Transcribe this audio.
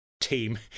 team